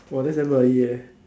oh that's damn early eh